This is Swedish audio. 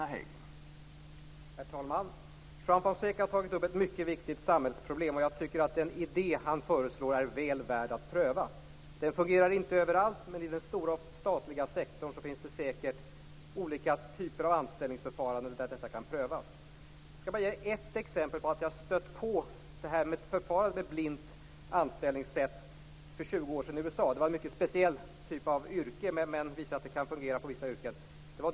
Herr talman! Juan Fonseca har tagit upp ett mycket viktigt samhällsproblem, och jag tycker att den idé han föreslår är väl värd att pröva. Den fungerar inte överallt, men i den stora statliga sektorn finns det säkert olika typer av anställningsförfaranden där detta kan prövas. Jag skall bara ge ett exempel. Jag har stött på förfarandet med blint anställningssätt för tjugo år sedan i USA. Det var ett mycket speciellt yrke, men det visar att det kan fungera för vissa yrken.